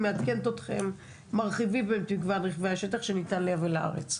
אני מעדכנת אתכם: "מרחיבים את מגוון רכבי השטח שניתן לייבא לארץ".